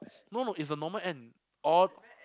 no no it's the normal end or